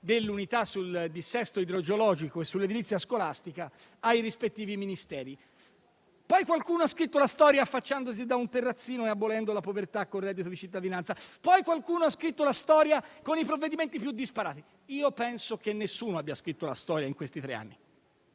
dell'unità sul dissesto idrogeologico e sull'edilizia scolastica ai rispettivi Ministeri; poi qualcuno ha scritto la storia affacciandosi da un terrazzino e abolendo la povertà con il reddito di cittadinanza; poi qualcuno ha scritto la storia con i provvedimenti più disparati. Io penso che nessuno abbia scritto la storia in questi tre anni.